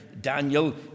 Daniel